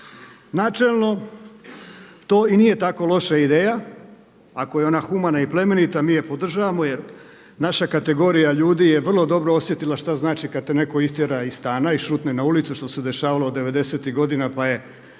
Načelno to i nije tako loša ideja ako je ona humana i plemenita. Mi je podržavamo jer naša kategorija ljudi je vrlo dobro osjetila što znači kad te netko istjera iz stana i šutne na ulicu što se dešavalo 90.tih godina pa je